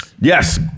Yes